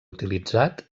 utilitzat